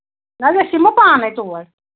نہ حظ أسۍ یِمو پانَے تور